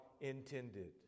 intended